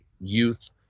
youth